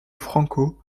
franco